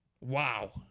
wow